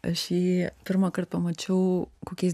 aš jį pirmąkart pamačiau kokiais